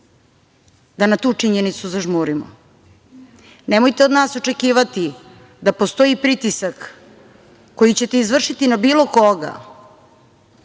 da na tu činjenicu zažmurimo. Nemojte od nas očekivati da postoji pritisak koji ćete izvršiti na bilo koga,